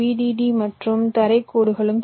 D மற்றும் தரை கோடுகளும் சேரும்